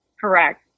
correct